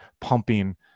pumping